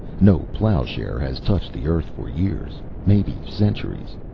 no plowshare has touched the earth for years, maybe centuries.